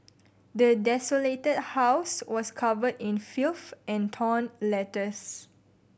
the desolated house was covered in filth and torn letters